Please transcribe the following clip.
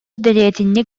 дэриэтинньик